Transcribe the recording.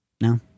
No